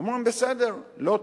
אמרנו, בסדר, לא צבא.